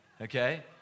okay